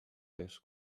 this